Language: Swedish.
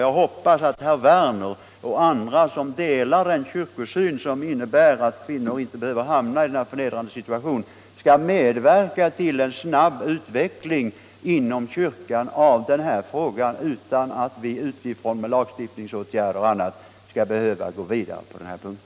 Jag hoppas att herr Werner och andra som delar den kyrkosyn som innebär att kvinnor inte skall behöva hamna i denna förnedrande situation skall medverka till en snabb utveckling av denna fråga inom kyrkan utan att vi med lagstiftningsåtgärder eller annat skall behöva gå vidare på denna punkt.